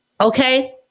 okay